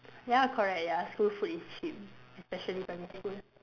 ya correct ya school food is cheap especially primary school